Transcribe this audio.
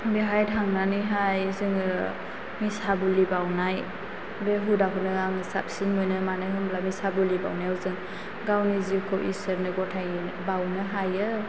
बेहाय थांनानैहाय जोङो मिसाबुलि बावनाय बे हुदाखौनो आङो साबसिन मोनो मानो होनब्ला मिसाबुलि बावनायाव जों गावनि जिउखौ इसोरनो गथायो बावनो हायो